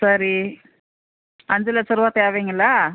சரி அஞ்சு லட்சம் ருபா தேவைங்களா